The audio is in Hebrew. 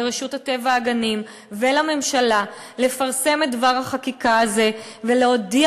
לרשות הטבע והגנים ולממשלה לפרסם את דבר החקיקה הזה ולהודיע